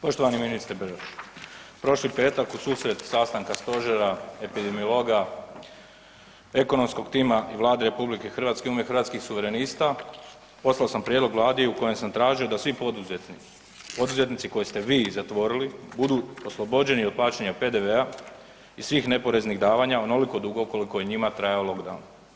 Poštovani ministre Beroš, prošli petak ususret sastanka stožera, epidemiologa, ekonomskog tima i Vlade RH, u ime Hrvatskih suverenista, poslao sam prijedlog Vladi u kojem sam tražio da svi poduzetnici koje ste vi zatvorili, budu oslobođeni od plaćanja PDV-a i svih neporeznih davanja onoliko dugo koliko je njima trajao lockdown.